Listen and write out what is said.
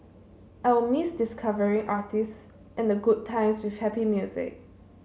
I will miss discovering artists and the good times with happy music